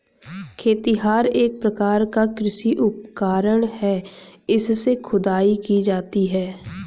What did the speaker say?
खेतिहर एक प्रकार का कृषि उपकरण है इससे खुदाई की जाती है